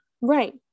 Right